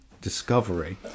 discovery